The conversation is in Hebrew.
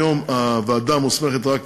היום הוועדה מוסמכת רק